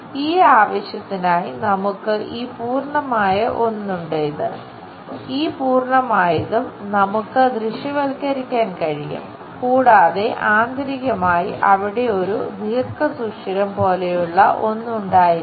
ഈ ആവശ്യത്തിനായി നമുക്ക് ഈ പൂർണ്ണമായ ഒന്നുണ്ട് ഇത് ഈ പൂർണ്ണമായതും നമുക്ക് ദൃശ്യവൽക്കരിക്കാൻ കഴിയും കൂടാതെ ആന്തരികമായി അവിടെ ഒരു ദീർഘസുഷിരം പോലെയുള്ള ഒന്ന് ഉണ്ടായിരിക്കാം